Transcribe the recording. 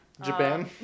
Japan